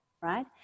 right